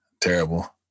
Terrible